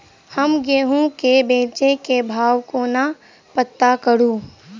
हम गेंहूँ केँ बेचै केँ भाव कोना पत्ता करू?